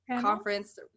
conference